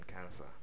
cancer